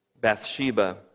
Bathsheba